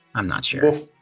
i'm not sure.